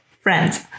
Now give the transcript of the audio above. friends